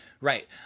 Right